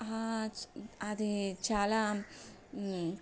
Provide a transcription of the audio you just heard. అది చాలా